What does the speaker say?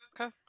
Okay